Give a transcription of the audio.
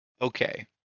Okay